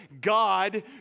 God